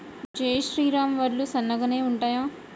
జై శ్రీరామ్ వడ్లు సన్నగనె ఉంటయా?